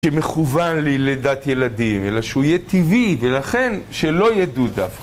כמכוון לילדת ילדים, אלא שהוא יהיה טבעי, ולכן, שלא ידעו דווקא.